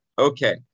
Okay